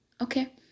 okay